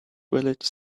village